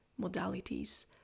modalities